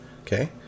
okay